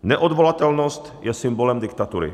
Neodvolatelnost je symbolem diktatury.